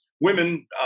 Women